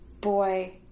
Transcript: boy